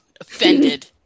Offended